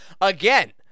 again